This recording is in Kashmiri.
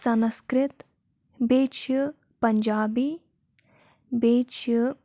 سَنسکرت بیٚیہِ چھِ پَنجابی بیٚیہِ چھِ